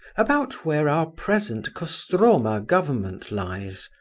about where our present kostroma government lies.